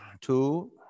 Two